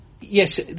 yes